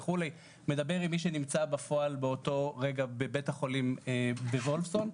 מדבר עם מי שנמצא בפועל באותו הרגע בבית החולים וולפסון,